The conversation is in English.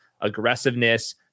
aggressiveness